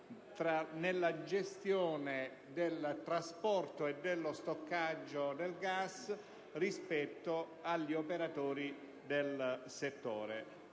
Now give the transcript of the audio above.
nella gestione del trasporto e dello stoccaggio del gas rispetto agli operatori del settore.